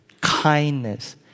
kindness